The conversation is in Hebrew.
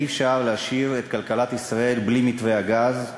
אי-אפשר להשאיר את כלכלת ישראל בלי מתווה הגז.